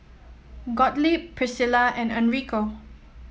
Gottlieb Priscilla and Enrico